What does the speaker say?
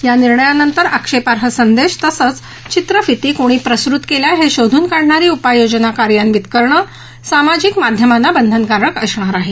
या निर्णयानंतर आक्षेपाई संदेश तसंच चित्रफिती कोणी प्रसुत केल्या हे शोधून काढणारी उपाययोजना कार्यान्वित करणं सामाजिक माध्यमांना बंधनकारक असणार आहे